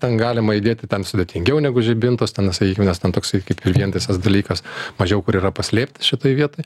ten galima įdėti ten sudėtingiau negu žibintus ten na sakykim nes ten toksai kaip ir vientisas dalykas mažiau kur yra paslėpti šitoj vietoj